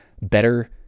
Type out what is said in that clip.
better